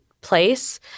place